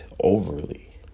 overly